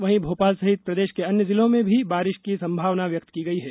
वहीं भोपाल सहित प्रदेश के अन्य जिलों में भी बारिश की संभावना व्यक्त की गई है